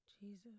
Jesus